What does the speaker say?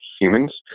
humans